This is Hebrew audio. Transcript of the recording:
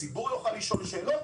הציבור יוכל לשאול שאלות,